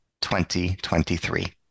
2023